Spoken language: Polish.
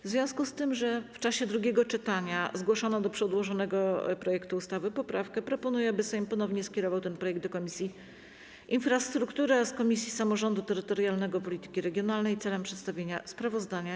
W związku z tym, że w czasie drugiego czytania zgłoszono do przedłożonego projektu ustawy poprawki, proponuję, aby Sejm ponownie skierował ten projekt do Komisji Infrastruktury oraz Komisji Samorządu Terytorialnego i Polityki Regionalnej celem przedstawienia sprawozdania.